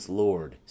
lord